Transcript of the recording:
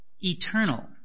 eternal